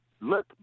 look